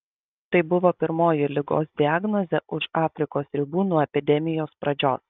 tai buvo pirmoji ligos diagnozė už afrikos ribų nuo epidemijos pradžios